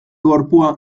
gorpua